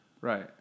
Right